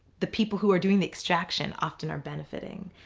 the people who are doing the extraction often are benefiting,